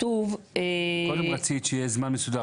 כתוב --- קודם רצית שיהיה זמן מסודר,